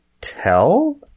tell